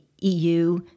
EU